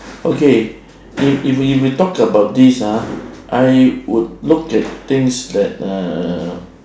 okay if if we if we talk about this ah I would look at things that uh